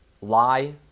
lie